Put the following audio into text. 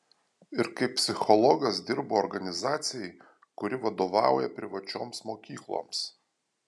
ir kaip psichologas dirbu organizacijai kuri vadovauja privačioms mokykloms